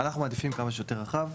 אנחנו מעדיפים כמה שיותר רחב.